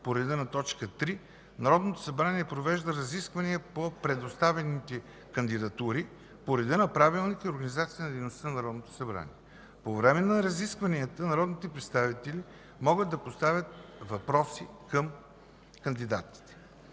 по реда на т. 3 Народното събрание провежда разисквания по представените кандидатури по реда на Правилника за организацията и дейността на Народното събрание. По време на разискванията народните представители могат да поставят въпроси към кандидатите.